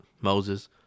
Moses